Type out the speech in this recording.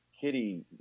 kitty